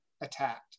attacked